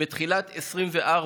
בתחילת 2024,